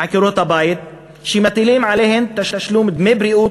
עקרות-הבית שמטילים עליהן תשלום דמי בריאות